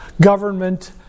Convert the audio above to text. government